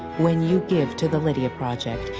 when you give to the lydia project,